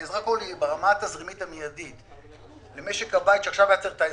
העזרה פה היא ברמה התזרימית המידית למשק הבית שעכשיו היה צריך את העזרה,